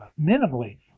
minimally